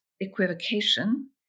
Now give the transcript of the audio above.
equivocation